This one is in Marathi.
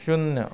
शून्य